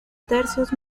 tercios